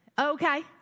Okay